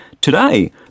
Today